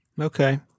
Okay